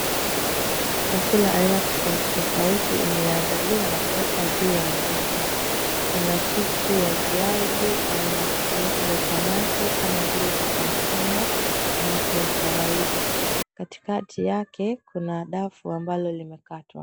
Chakula aina tofauti tofauti imeandaliwa na kuwekwa juu ya meza. Kuna chipsi ya viazi, aina tofauti za samaki kama vile wa kambakamba, samaki wa kawaida. Katikati yake kuna dafu ambalo limekatwa.